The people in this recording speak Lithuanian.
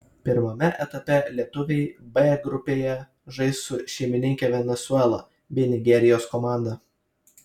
pirmame etape lietuviai b grupėje žais su šeimininke venesuela bei nigerijos komanda